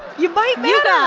you might matter